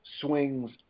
swings